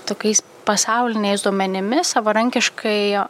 tokiais pasauliniais duomenimis savarankiškai